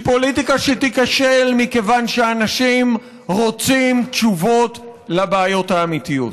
היא פוליטיקה שתיכשל מכיוון שהאנשים רוצים תשובות על הבעיות האמיתיות.